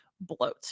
Bloat